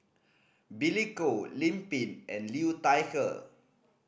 Billy Koh Lim Pin and Liu Thai Ker